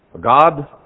God